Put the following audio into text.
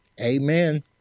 Amen